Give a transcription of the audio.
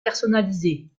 personnalisée